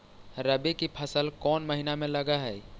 रबी की फसल कोन महिना में लग है?